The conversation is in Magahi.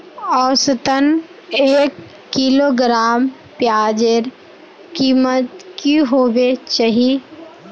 औसतन एक किलोग्राम प्याजेर कीमत की होबे चही?